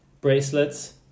bracelets